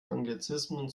anglizismen